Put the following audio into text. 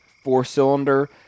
four-cylinder